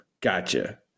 Gotcha